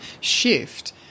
shift